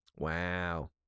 Wow